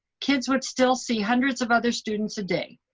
kids would still see hundreds of other students a day.